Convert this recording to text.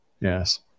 Yes